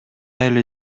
эле